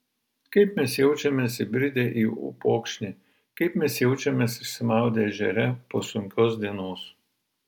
kaip mes jaučiamės įbridę į upokšnį kaip mes jaučiamės išsimaudę ežere po sunkios dienos